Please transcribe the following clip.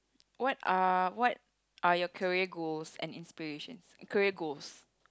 what are what are you career goals and inspirations